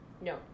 No